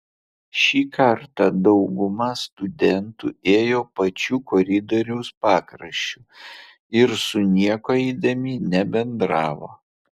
šį kartą dauguma studentų ėjo pačiu koridoriaus pakraščiu ir su niekuo eidami nebendravo